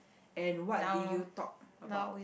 and what did you talk about